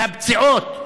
והפציעות,